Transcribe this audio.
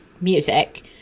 music